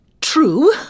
true